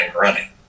running